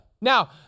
Now